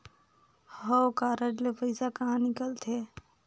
हव कारड ले पइसा कहा निकलथे?